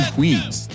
Queens